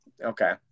Okay